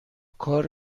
کار